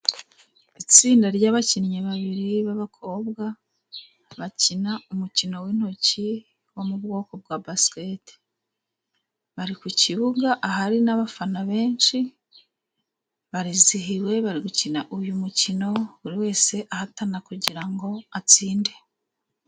Itsinda ry'abakinnyi babiri b'abakobwa bakina umukino w'intoki wo mu bwoko bwa basiketi, bari ku kibuga ahari n'abafana benshi, barizihiwe, bari gukina uyu mukino buri wese ahatana kugira atsinde.